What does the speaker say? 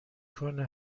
کنه